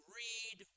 read